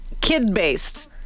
kid-based